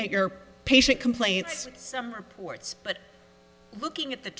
nt your patient complaints reports but looking at the